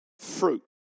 fruit